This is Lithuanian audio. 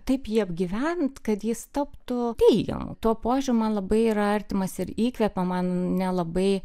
taip jį apgyvendint kad jis taptų teigiamu tuo požiūriu man labai yra artimas ir įkvepia man nelabai